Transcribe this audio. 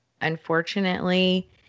Unfortunately